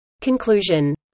Conclusion